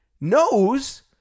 knows